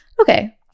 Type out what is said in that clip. okay